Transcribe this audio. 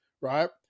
right